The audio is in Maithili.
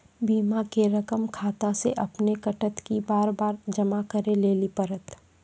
बीमा के रकम खाता से अपने कटत कि बार बार जमा करे लेली पड़त?